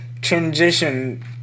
transition